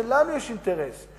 שלנו יש אינטרס,